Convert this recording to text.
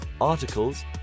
articles